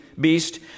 beast